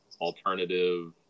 alternative